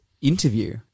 interview